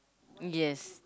yes